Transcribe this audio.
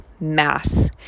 mass